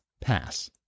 pass